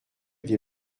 des